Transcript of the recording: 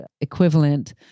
equivalent